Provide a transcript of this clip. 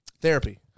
Therapy